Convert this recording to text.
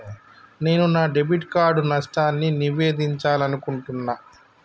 నేను నా debit card నష్టాన్ని నివేదించాలనుకుంటున్నా